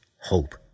hope